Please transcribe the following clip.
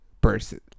person